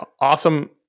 awesome